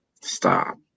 Stop